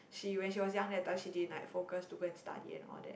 she when she was young that time she didn't like focus to go and study and all that